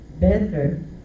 better